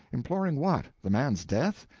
imploring what? the man's death?